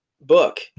book